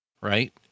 right